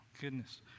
Goodness